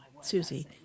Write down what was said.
Susie